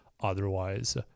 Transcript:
Otherwise